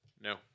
No